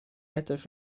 edrych